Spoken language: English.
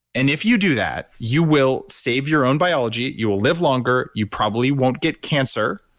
and if you do that you will save your own biology, you will live longer, you probably won't get cancer